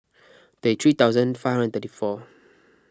thirty three thousand five hundred thirty four